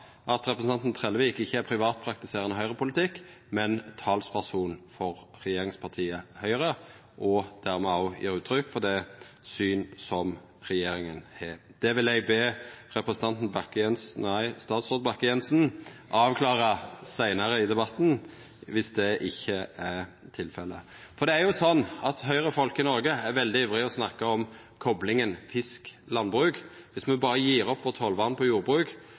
at representanten Trellevik ikkje er privatpraktiserande Høgre-politikar, men talsperson for regjeringspartiet Høgre, og at han dermed òg gjev uttrykk for det synet regjeringa har. Eg vil be statsråd Bakke-Jensen avklara det seinare i debatten viss det ikkje er tilfellet. For det er jo sånn at Høgre-folk i Noreg er veldig ivrige etter å snakka om koplinga mellom fisk og landbruk – viss me berre gjev opp tollvernet på jordbruk,